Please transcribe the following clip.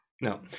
No